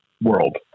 World